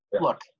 look